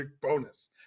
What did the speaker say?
bonus